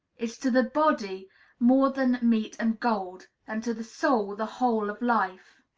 is to the body more than meat and gold, and to the soul the whole of life.